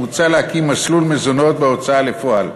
מוצע להקים מסלול מזונות בהוצאה לפועל.